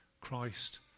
Christ